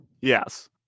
Yes